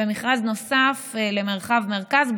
ומכרז נוסף למרחב מרכז,